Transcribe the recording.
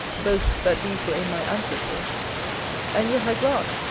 boast that these were in my ancestors and yet i grant,